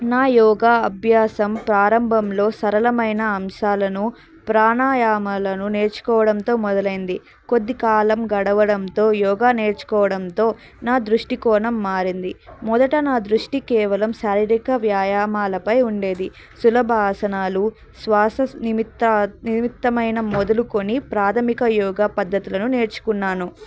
నా యోగా అభ్యాసం ప్రారంభంలో సరళమైన అంశాలను ప్రాణాయామాలను నేర్చుకోవడంతో మొదలైంది కొద్ది కాలం గడవడంతో యోగా నేర్చుకోవడంతో నా దృష్టి కోణం మారింది మొదట నా దృష్టి కేవలం శారీరక వ్యాయామాలపై ఉండేది సులభ ఆసనాలు శ్వాస నిమిత్తా నిమిత్తమైన మొదలుకొని ప్రాథమిక యోగా పద్ధతులను నేర్చుకున్నాను